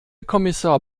kommissar